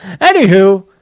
Anywho